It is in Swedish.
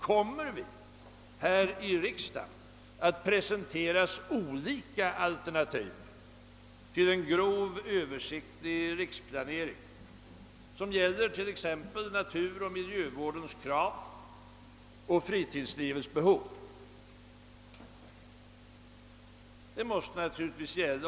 Kommer vi här i riksdagen att presenteras olika alternativ för en grov översiktlig riksplanering som <sgäller t.ex. naturoch miljövårdens krav och fritidslivets behov?